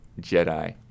Jedi